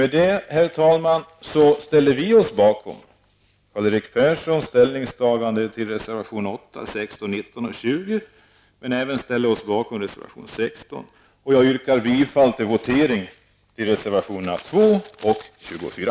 Därmed, herr talman, ställer vi oss bakom Karl 8, 16, 19, 20. Jag kommer att begära votering beträffande reservationerna 2 och 24.